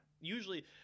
usually